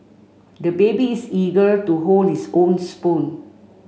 the baby is eager to hold his own spoon